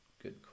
good